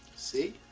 see?